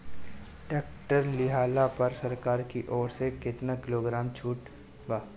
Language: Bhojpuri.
टैक्टर लिहला पर सरकार की ओर से केतना किलोग्राम छूट बा?